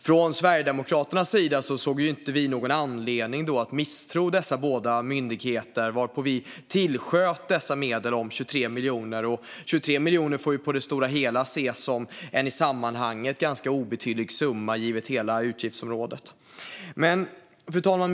Från Sverigedemokraternas sida såg vi ingen anledning att misstro dessa båda myndigheter, varpå vi tillsköt dessa medel om 23 miljoner. I sammanhanget får 23 miljoner ses som en ganska obetydlig summa givet hela utgiftsområdet. Fru talman!